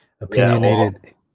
Opinionated